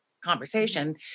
conversation